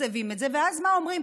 מתקצבים את זה, ואז מה אומרים?